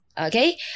Okay